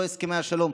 לא הסכמי השלום.